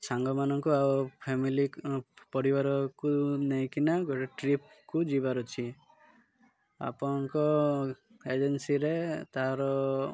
ସାଙ୍ଗମାନଙ୍କୁ ଆଉ ଫ୍ୟାମିଲି ପରିବାରକୁ ନେଇକିନା ଗୋଟେ ଟ୍ରିପ୍କୁ ଯିବାର ଅଛି ଆପଣଙ୍କ ଏଜେନ୍ସିରେ ତାର